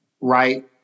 right